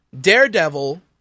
daredevil